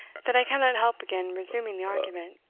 that i cannot help again resuming the argument.